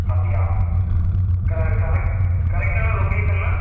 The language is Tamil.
அப்படியா க கரெக்ட் கரெக்டான லொகேஷன்னா